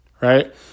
Right